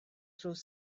through